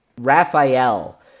Raphael